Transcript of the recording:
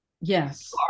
Yes